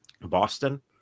Boston